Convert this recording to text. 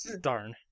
Darn